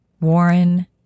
Warren